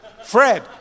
Fred